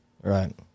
Right